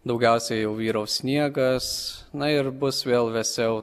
daugiausiai jau vyraus sniegas na ir bus vėl vėsiau